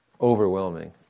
overwhelming